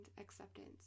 acceptance